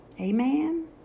Amen